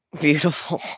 Beautiful